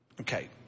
Okay